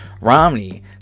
Romney